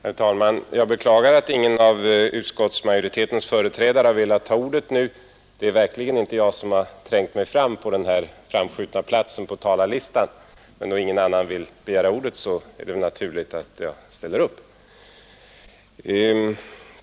Herr talman! Jag beklagar att ingen av utskottsmajoritetens företrädare har velat ta ordet nu. Det är verkligen inte jag som har trängt mig fram på denna framskjutna plats på talarlistan, men eftersom ingen annan vill begära ordet är det naturligt att jag ställer upp.